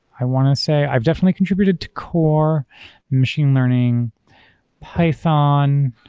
i want to say. i've definitely contributed to core machine learning python.